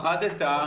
פחדת,